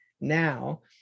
now